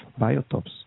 biotopes